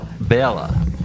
Bella